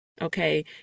okay